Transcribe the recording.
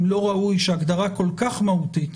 אם לא ראוי שהגדרה כל כך מהותית